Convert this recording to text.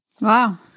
Wow